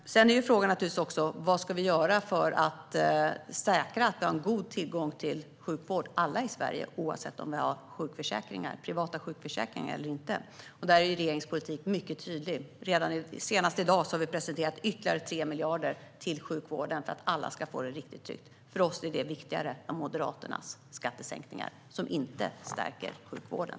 Sedan är frågan naturligtvis också vad vi ska göra för att säkra en god tillgång till sjukvård för alla i Sverige, oavsett om vi har privata sjukförsäkringar eller inte. Där är regeringens politik mycket tydlig. Senast i dag har vi presenterat ytterligare 3 miljarder till sjukvården för att alla ska få det riktigt tryggt. För oss är det viktigare än Moderaternas skattesänkningar, som inte stärker sjukvården.